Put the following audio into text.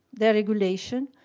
their regulation,